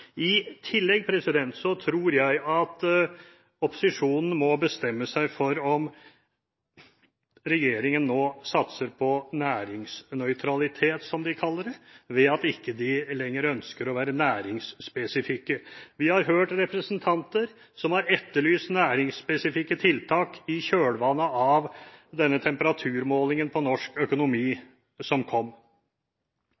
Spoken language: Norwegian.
I tillegg tror jeg at opposisjonen må bestemme seg for om regjeringen nå satser på næringsnøytralitet, som de kaller det, ved at de ikke lenger ønsker å være næringsspesifikke. Vi har hørt representanter som har etterlyst næringsspesifikke tiltak i kjølvannet av denne temperaturmålingen på norsk økonomi